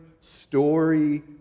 story